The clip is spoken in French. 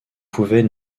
pouvait